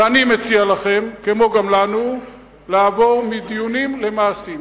ואני מציע לכם, כמו גם לנו, לעבור מדיונים למעשים.